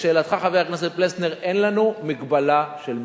לשאלתך, חבר הכנסת פלסנר, אין לנו הגבלה של מספר.